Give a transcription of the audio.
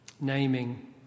Naming